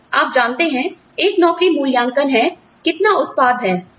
तो आप जानते हैं एक नौकरी मूल्यांकन है कितना उत्पाद है